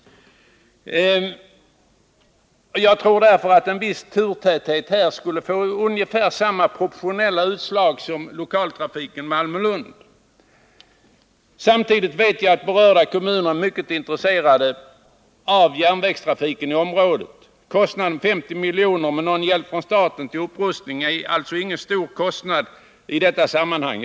Jag tror därför att en viss turtäthet här säkerligen skulle ge samma proportionella utslag som när det gäller lokaltrafiken Malmö-Lund. Samtidigt vet jag att berörda kommuner är mycket intresserade av järnvägstrafiken i området. Kostnaden 50 milj.kr., med någon hjälp från staten, för upprustning är alltså ingen stor kostnad i detta sammanhang.